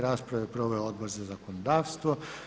Raspravu je proveo Odbor za zakonodavstvo.